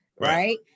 Right